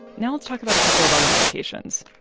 now let's talk about a couple of other medications.